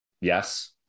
Yes